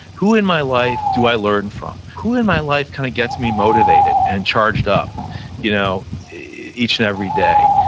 who in my life do i learn from? who in my life kind of gets me motivated and charged up you know each and every day?